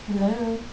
hello